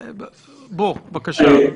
בואו, בבקשה.